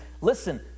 listen